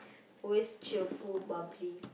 always cheerful bubbly